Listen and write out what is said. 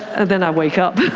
and then i wake up.